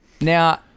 Now